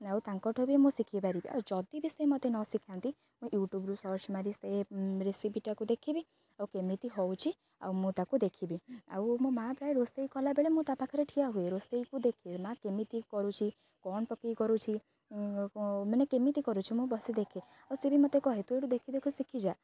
ଆଉ ତାଙ୍କଠୁ ବି ମୁଁ ଶିଖି ପାରିବି ଆଉ ଯଦି ବି ସେ ମୋତେ ନ ଶିଖାନ୍ତି ମୁଁ ୟୁଟ୍ୟୁବ୍ରୁ ସର୍ଚ ମାରି ସେ ରେସିପିଟାକୁ ଦେଖିବି ଆଉ କେମିତି ହେଉଛିି ଆଉ ମୁଁ ତାକୁ ଦେଖିବି ଆଉ ମୋ ମାଆ ପ୍ରାୟ ରୋଷେଇ କଲାବେଳେ ମୁଁ ତା ପାଖରେ ଠିଆ ହୁଏ ରୋଷେଇକୁ ଦେଖେ ମା କେମିତି କରୁଛି କ'ଣ ପକାଇ କରୁଛି ମାନେ କେମିତି କରୁଛିି ମୁଁ ବସି ଦେଖେ ଆଉ ସେ ବି ମୋତେ କହେ ଏଇଠୁ ଦେଖି ଦେଖି ଶିଖିଯା